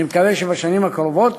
אני מקווה שבשנים הקרובות